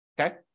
okay